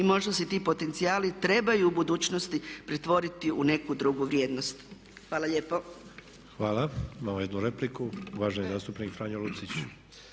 i možda se ti potencijali trebaju u budućnosti pretvoriti u neku drugu vrijednost. Hvala lijepo. **Sanader, Ante (HDZ)** Hvala. Imamo jednu repliku. Uvaženi zastupnik Franjo Lucić.